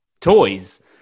toys